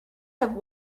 have